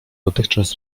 dotychczas